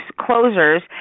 closers